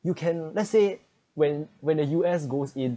you can let's say when when the U_S goes in